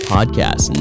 Podcast